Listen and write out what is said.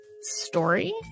story